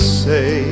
say